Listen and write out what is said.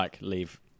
leave